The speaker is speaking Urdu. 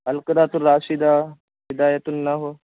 القراۃ الراشدہ ہدایت النحو